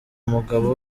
umugabo